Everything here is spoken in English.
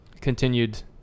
continued